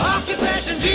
Occupation